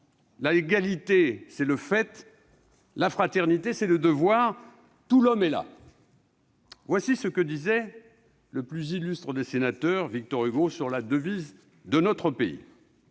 l'égalité, c'est le fait, la fraternité, c'est le devoir. Tout l'homme est là. » Voilà ce que disait le plus illustre des sénateurs, Victor Hugo, sur la devise de notre pays.